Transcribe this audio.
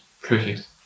Perfect